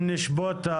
אם נשפוט,